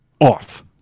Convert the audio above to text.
off